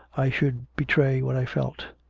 i should betray what i felt.